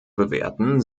bewerten